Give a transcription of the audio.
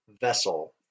vessel